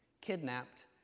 kidnapped